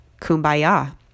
Kumbaya